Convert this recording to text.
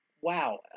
wow